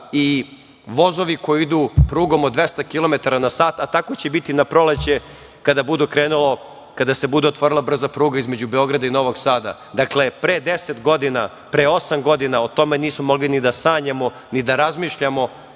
i vozovi koji idu prugom od 200 kilometara na sat, a tako će biti na proleće, kada su bude otvorila brza pruga između Beograda i Novog Sada. Dakle, pre deset godina, pre osam godina o tome nismo mogli ni da sanjamo, ni da razmišljamo.